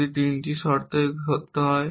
যদি এই তিনটি শর্তই সত্য হয়